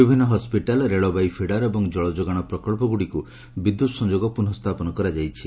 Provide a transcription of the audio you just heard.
ବିଭିନ୍ hospital railway feeder ଏବଂ ଜଳଯୋଗାଣ ପ୍ରକଞଗୁଡ଼ିକୁ ବିଦ୍ୟୁତ୍ ସଂଯୋଗ ପୁନଃ ସ୍ରାପନ କରାଯାଇଛି